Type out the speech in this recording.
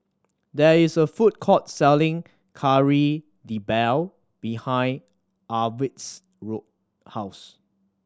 there is a food court selling Kari Debal behind Arvid's Road house